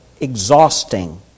exhausting